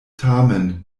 tamen